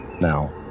Now